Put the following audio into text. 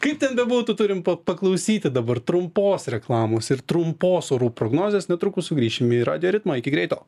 kaip ten bebūtų turim paklausyti dabar trumpos reklamos ir trumpos orų prognozės netrukus sugrįšim į radijo ritmą iki greito